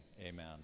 Amen